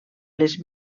les